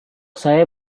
saya